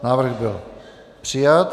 Návrh byl přijat.